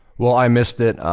well, i missed it